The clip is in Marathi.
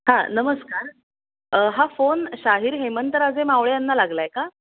हां नमस्कार हा फोन शाहीर हेमंतराजे मावळे यांना लागला आहे का